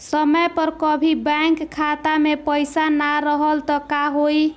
समय पर कभी बैंक खाता मे पईसा ना रहल त का होई?